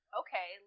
okay